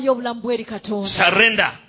Surrender